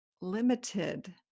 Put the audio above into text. limited